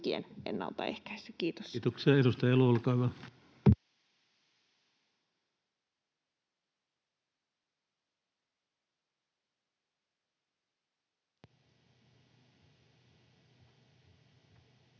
Kiitos. Kiitoksia. — Edustaja Elo, olkaa hyvä.